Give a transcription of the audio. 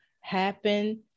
happen